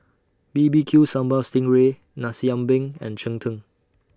B B Q Sambal Sting Ray Nasi Ambeng and Cheng Tng